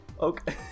Okay